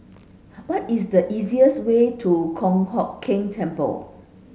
what is the easiest way to Kong Hock Keng Temple